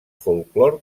folklore